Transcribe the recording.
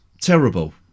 terrible